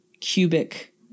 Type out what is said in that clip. cubic